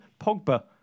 Pogba